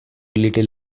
little